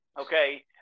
okay